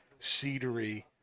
cedary